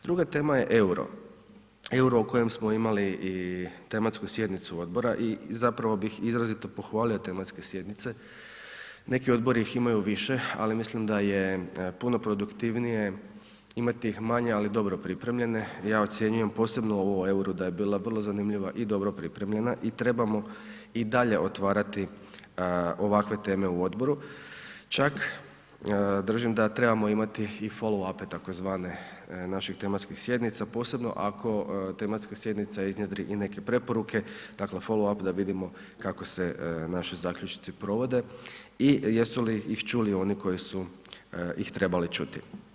Druga tema je EUR-o, EUR-o o kojem smo imali i tematsku sjednicu odbora i zapravo bih izrazito pohvalio tematske sjednice, neki odbori ih imaju više, ali mislim da je puno produktivnije imati ih manje, ali dobro pripremljene, ja ocjenjujem posebno ovu o EUR-u da je bila vrlo zanimljiva i dobro pripremljena i trebamo i dalje otvarati ovakve teme u odboru, čak držim da trebamo imati i foloape tzv. naših tematskih sjednica, posebno ako tematska sjednica iznjedri i neke preporuke, dakle folap da vidimo kako se naši zaključci provode i jesu li ih čuli oni koji su ih trebali čuti.